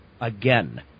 again